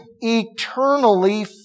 eternally